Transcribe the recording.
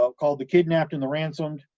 ah called the kidnapped and the ransomed.